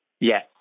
Yes